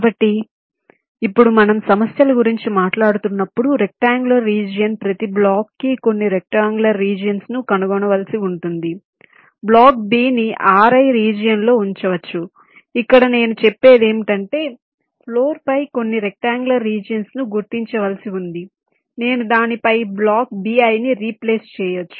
కాబట్టి ఇప్పుడు మనం సమస్యల గురించి మాట్లాడుతున్నప్పుడు రెక్ట్అంగుళర్ రీజియన్ ప్రతి బ్లాక్ కి కొన్ని రెక్ట్అంగుళర్ రీజియన్స్ ను కనుగొనవలసి ఉంటుంది బ్లాక్ B ని Ri రీజియన్ లో ఉంచవచ్చు ఇక్కడ నేను చెప్పేది ఏమిటంటే ఫ్లోర్ పై కొన్ని రెక్ట్అంగుళర్ రీజియన్స్ ను గుర్తించవలసి ఉంది నేను దానిపై బ్లాక్ Bi ని రీప్లేస్ చేయచ్చు